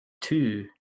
Two